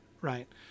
Right